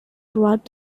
throughout